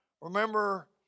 Remember